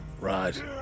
right